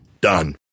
Done